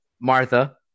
Martha